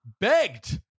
begged